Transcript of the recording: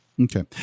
Okay